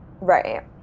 Right